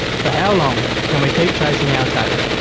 for how long can we keep chasing our tail?